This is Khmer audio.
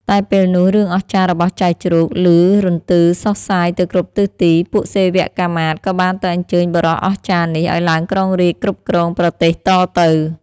តែពេលនោះរឿងអស្ចារ្យរបស់ចៅជ្រូក ឮរន្ទឺសុះសាយទៅគ្រប់ទិសទី ពួកសេវកាមាត្រក៏បានទៅអញ្ជើញបុរសអស្ចារ្យនេះ ឱ្យឡើងគ្រងរាជ្យគ្រប់គ្រងប្រទេសតទៅ។